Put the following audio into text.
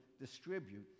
distribute